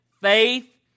faith